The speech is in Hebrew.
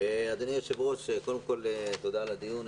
אדוני היושב ראש, קודם כל תודה על הדיון.